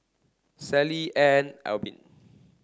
Sally Ann and Albin